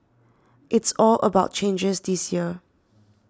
it's all about changes this year